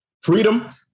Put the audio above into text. freedom